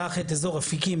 קח את אזור אפיקים,